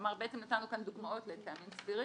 כלומר, בעצם, נתנו כאן דוגמאות לטעמים סבירים.